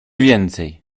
więcej